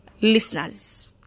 listeners